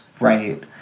right